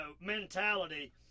mentality